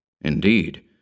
Indeed